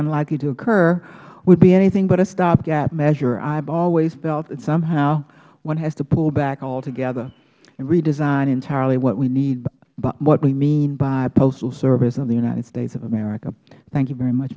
unlikely to occur would be anything but a stopgap measure i have always felt that somehow one has to pull back altogether and redesign entirely what we mean by postal service of the united states of america thank you very much